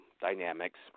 dynamics